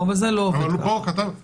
זה לא עובד ככה.